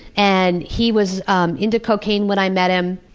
and he was um into cocaine when i met him,